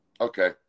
okay